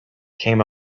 came